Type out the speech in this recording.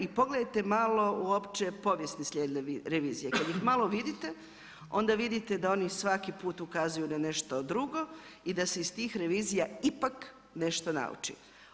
Pogledajte malo uopće povijest … revizije, kada ih malo vidite onda vidite da oni svaki put ukazuju na nešto drugo i da se iz tih revizija ipak nešto nauči.